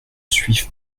suive